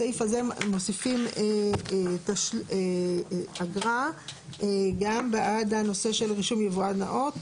ובסעיף הזה מוסיפים אגרה גם בעד הנושא של רישום יבואן נאות